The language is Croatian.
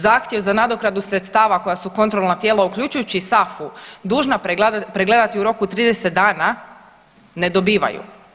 Zahtjev za nadoknadu sredstava koja su kontrolna tijela, uključujući i SAFU dužna pregledati u roku od 30 dana ne dobivaju.